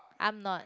I'm not